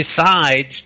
decides